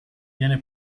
viene